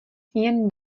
jen